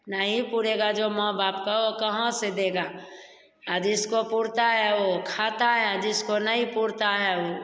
नहीं पूरेगा जो माँ बाप को कहाँ से देगा और जिसको पुरता है वह खाता है जिसको नहीं पुरता है